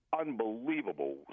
unbelievable